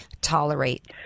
tolerate